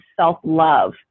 self-love